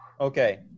Okay